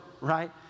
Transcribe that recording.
right